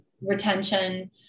retention